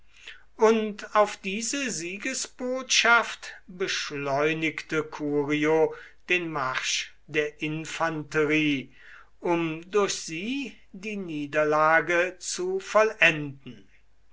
und auf diese siegesbotschaft beschleunigte curio den marsch der infanterie um durch sie die niederlage zu vollenden